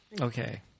Okay